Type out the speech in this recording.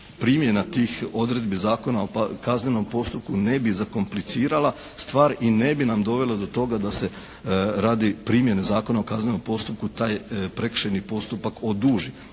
primjena tih odredbi Zakona o kaznenom postupku ne bi zakomplicirala stvar i ne bi nam dovela do toga da se radi primjene Zakona o kaznenom postupku taj prekršajni postupak oduži.